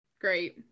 Great